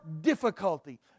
difficulty